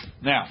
Now